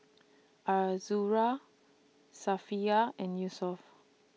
Azura Safiya and Yusuf